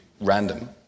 random